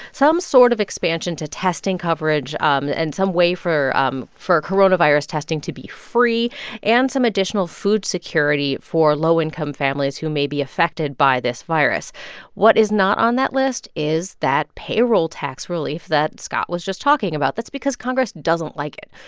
some sort of expansion to testing coverage um and some way for um for coronavirus testing to be free and some additional food security for low-income families who may be affected by this virus what is not on that list is that payroll tax relief that scott was just talking about. that's because congress doesn't like it.